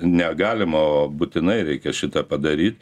ne galima o būtinai reikia šitą padaryt